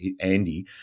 Andy